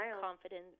confidence